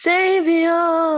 Savior